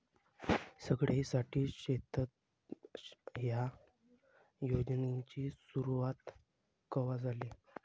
सगळ्याइसाठी शेततळे ह्या योजनेची सुरुवात कवा झाली?